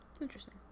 Interesting